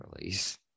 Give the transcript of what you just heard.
release